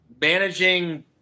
managing